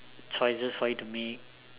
choices for you to make